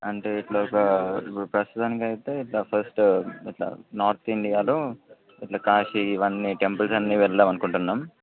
అంటే ఇట్లా ప్రస్తుతానికి అయితే ఇట్లా ఫస్ట్ ఇట్లా నార్త్ ఇండియాలో ఇట్లా కాశీ ఇవన్నీ టెంపుల్స్ అన్ని వెళదాం అనుకుంటున్నాం